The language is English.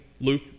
Luke